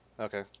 Okay